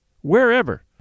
wherever